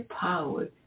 power